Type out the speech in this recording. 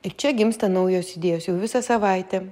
ir čia gimsta naujos idėjos jau visą savaitę